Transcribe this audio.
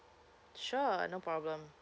sure no problem